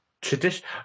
Tradition